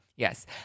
Yes